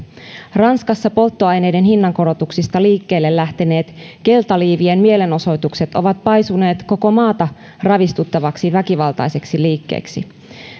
ranskassa polttoaineiden hinnankorotuksista liikkeelle lähteneet keltaliivien mielenosoitukset ovat paisuneet koko maata ravisuttavaksi väkivaltaiseksi liikkeeksi